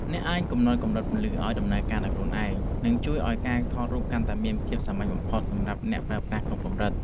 អ្នកអាចកំណត់កម្រិតពន្លឺឱ្យដំណើរការដោយខ្លួនឯង និង ជួយឱ្យការថតរូបកាន់តែមានភាពសាមញ្ញបំផុតសម្រាប់អ្នកប្រើប្រាស់គ្រប់កម្រិត។